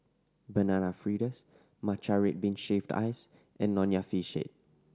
Banana Fritters matcha red bean shaved ice and Nonya Fish Head